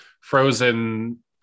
frozen